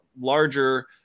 larger